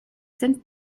sind